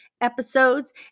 episodes